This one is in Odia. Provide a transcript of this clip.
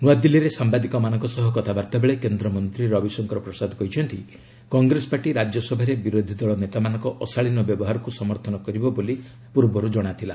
ନୂଆଦିଲ୍ଲୀରେ ସାମ୍ବାଦିକମାନଙ୍କ ସହ କଥାବାର୍ତ୍ତା ବେଳେ କେନ୍ଦ୍ର ମନ୍ତ୍ରୀ ରବିଶଙ୍କର ପ୍ରସାଦ କହିଛନ୍ତି କଂଗ୍ରେସ ପାର୍ଟି ରାଜ୍ୟସଭାରେ ବିରୋଧୀ ଦଳ ନେତାମାନଙ୍କ ଅଶାଳୀନ ବ୍ୟବହାରକୁ ସମର୍ଥନ କରିବ ବୋଲି ଜଣାଥିଲା